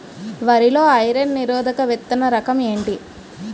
వరి లో ఐరన్ నిరోధక విత్తన రకం ఏంటి?